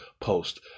post